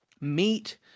meat